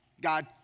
God